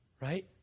Right